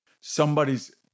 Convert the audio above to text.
somebody's